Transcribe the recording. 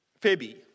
Phoebe